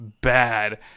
bad